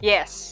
Yes